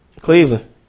Cleveland